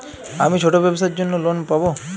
আমি ছোট ব্যবসার জন্য লোন পাব?